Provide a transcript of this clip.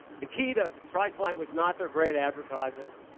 the key to priceline was not their great advertising.